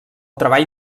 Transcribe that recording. treball